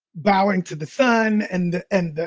bowing to the sun and, and,